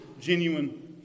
genuine